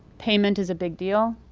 payment is a big deal.